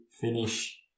finish